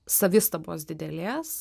savistabos didelės